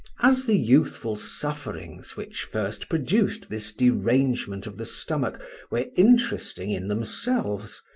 as the youthful sufferings which first produced this derangement of the stomach were interesting in themselves,